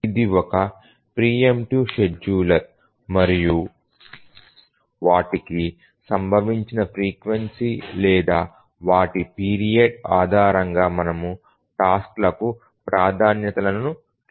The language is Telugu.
ఇది ఒక ప్రీ ఎంపీటివ్ షెడ్యూలర్ మరియు వాటికి సంభవించిన ఫ్రీక్వెన్సీ లేదా వాటి పీరియడ్ ఆధారంగా మనము టాస్క్ లకు ప్రాధాన్యతలను కేటాయించాలి